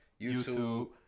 YouTube